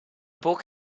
book